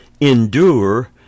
endure